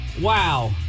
Wow